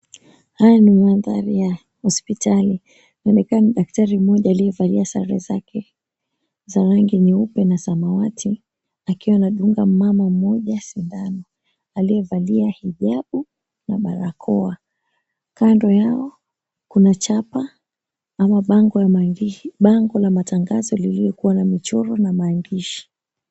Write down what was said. Haya ni mandhari ya hospitali. Inaonekana daktari mmoja aliyevalia sare zake za rangi nyeupe na samawati akiwa anadunga mmama mmoja sindano aliyevalia hijabu na barakoa. Kando yao kuna chapa ama bango la matangazo lililokua na michoro na maandishi.